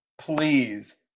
please